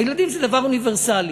הילדים זה דבר אוניברסלי.